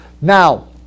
Now